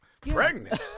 Pregnant